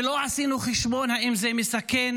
ולא עשינו חשבון אם זה מסכן